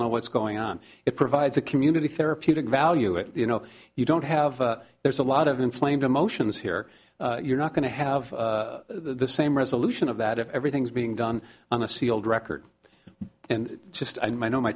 know what's going on it provides a community therapeutic value it you know you don't have there's a lot of inflamed emotions here you're not going to have the same resolution of that if everything's being done on a sealed record and just i know my